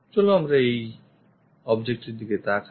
চলো আমরা এই object এর দিকে তাকাই